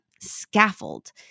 Scaffold